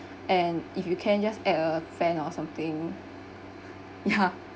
and if you can just add a fan or something ya